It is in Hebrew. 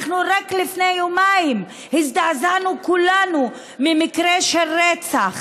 אנחנו רק לפני יומיים הזדעזענו כולנו ממקרה של רצח,